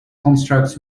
constructs